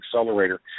accelerator